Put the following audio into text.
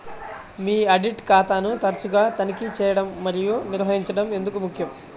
మీ audit ఖాతాను తరచుగా తనిఖీ చేయడం మరియు నిర్వహించడం ఎందుకు ముఖ్యం?